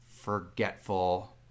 forgetful